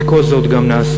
את כל זאת גם נעשה.